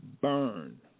burn